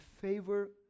favor